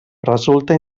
resulta